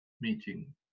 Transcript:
meeting